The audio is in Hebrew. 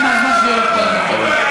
דקה מהזמן שלי, אורן.